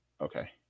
Okay